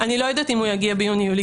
אני לא יודעת אם הוא יגיע ביוני יולי,